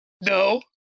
No